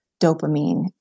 dopamine